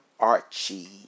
Archie